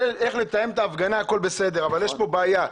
איך לתאם את ההפגנה, הכול בסדר, אבל יש כאן בעיה.